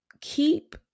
keep